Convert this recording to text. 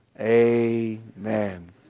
Amen